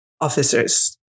officers